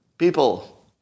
People